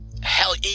Hell